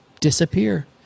disappear